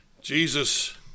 Jesus